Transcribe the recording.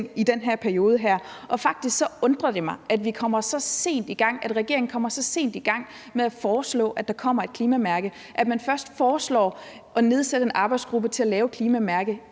i den her periode, og faktisk undrer det mig, at vi kommer så sent i gang; at regeringen kommer så sent i gang med at foreslå, at der kommer et klimamærke; at man først foreslår at nedsætte en arbejdsgruppe til at lave et klimamærke,